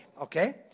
okay